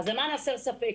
אז למען הסר ספק,